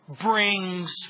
brings